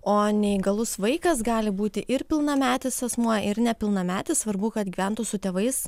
o neįgalus vaikas gali būti ir pilnametis asmuo ir nepilnametis svarbu kad gyventų su tėvais